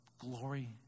Glory